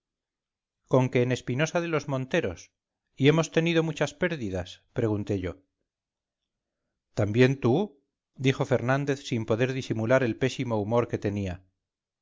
con que en espinosa de los monteros y hemos tenido muchas pérdidas pregunté yo también tú dijo fernández sin poder disimular el pésimo humor que tenía